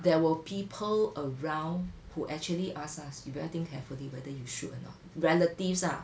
there were people around who actually asked us you better think carefully whether you should or not relatives ah